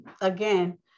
again